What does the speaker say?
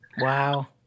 Wow